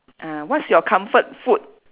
ah what's your comfort food